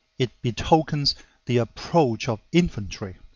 it betokens the approach of infantry.